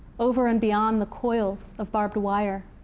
over and beyond the coils of barbed wire,